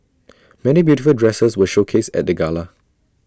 many beautiful dresses were showcased at the gala